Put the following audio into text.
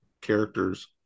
characters